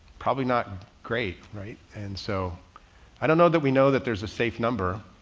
probably not great. right? and so i don't know that we know that there is a safe number.